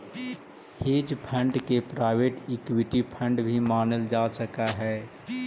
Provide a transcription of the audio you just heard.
hedge fund के private equity fund भी मानल जा सकऽ हई